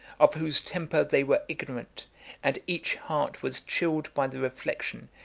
of whose temper they were ignorant and each heart was chilled by the reflection,